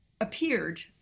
appeared